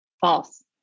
False